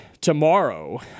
tomorrow